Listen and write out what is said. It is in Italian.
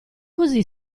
così